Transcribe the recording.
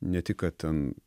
ne tik kad ten